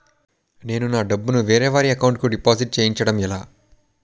నేను నా డబ్బు ని వేరే వారి అకౌంట్ కు డిపాజిట్చే యడం ఎలా?